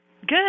Good